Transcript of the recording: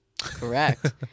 Correct